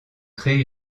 créer